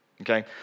Okay